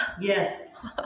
Yes